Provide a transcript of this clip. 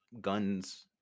guns